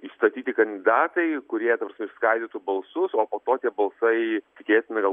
išstatyti kandidatai kurie ta prasme išskaidytų balsus o po to tie balsai tikėtina gal